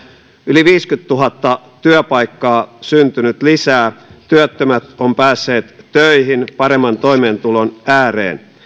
yli viisikymmentätuhatta työpaikkaa syntynyt lisää työttömät ovat päässeet töihin paremman toimeentulon ääreen